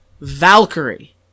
Valkyrie